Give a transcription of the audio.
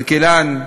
כלכלן,